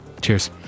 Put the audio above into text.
cheers